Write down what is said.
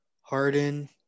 Harden